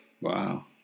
Wow